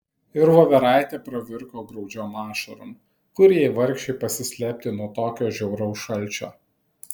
ir voveraitė pravirko graudžiom ašarom kur jai vargšei pasislėpti nuo tokio žiauraus šalčio